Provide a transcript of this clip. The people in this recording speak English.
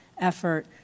effort